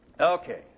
Okay